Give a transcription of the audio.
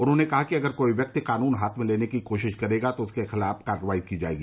उन्होंने कहा कि अगर कोई व्यक्ति कानून हाथ में लेने की कोशिश करेगा तो उसके ख़िलाफ कार्रवाई की जायेगी